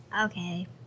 Okay